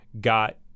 got